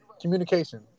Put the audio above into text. Communication